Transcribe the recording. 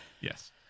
Yes